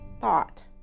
thought